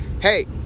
hey